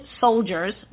soldiers